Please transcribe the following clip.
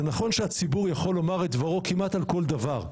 זה נכון שהציבור יכול לומר את דברו כמעט על כל דבר,